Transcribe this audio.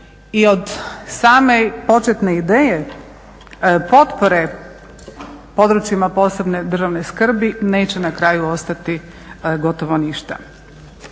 i od same početne ideje potpore područjima posebne državne skrbi neće na kraju ostati gotovo ništa.